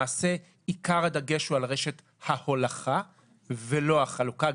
למעשה, עיקר הדגש הוא על רשת ההולכה ולא החלוקה.